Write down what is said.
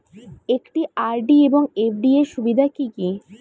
একটি আর.ডি এবং এফ.ডি এর সুবিধা কি কি?